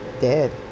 dead